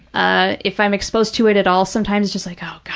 ah if i'm exposed to it at all, sometimes just like, oh, god,